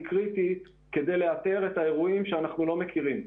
קריטית כדי לאתר את האירועים שאיננו מכירים.